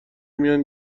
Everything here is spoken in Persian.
میان